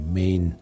main